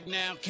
now